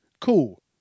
Cool